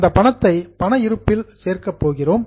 அந்த பணத்தை பண இருப்பில் சேர்க்கப் போகிறோம்